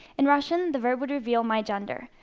in russian, the verb would reveal my gender.